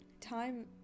time